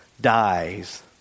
dies